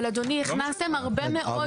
אבל אדוני, הכנסתם הרבה מאוד דברים.